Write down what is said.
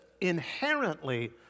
inherently